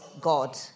God